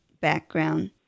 background